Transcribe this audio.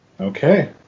Okay